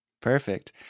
perfect